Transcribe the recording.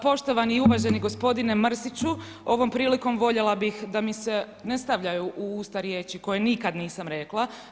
Poštovani i uvaženi gospodine Mrsiću, ovom prilikom voljela bih da mi se ne stavljaju u usta riječi koje nikad nisam rekla.